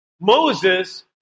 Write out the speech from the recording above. Moses